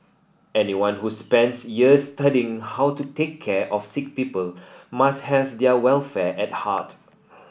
anyone who spends years studying how to take care of sick people must have their welfare at heart